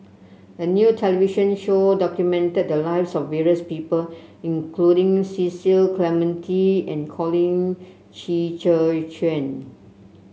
a new television show documented the lives of various people including Cecil Clementi and Colin Qi Zhe Quan